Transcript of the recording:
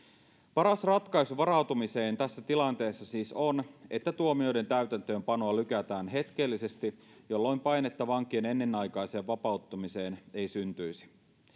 paras ratkaisu varautumiseen tässä tilanteessa siis on että tuomioiden täytäntöönpanoa lykätään hetkellisesti jolloin painetta vankien ennenaikaiseen vapauttamiseen ei syntyisi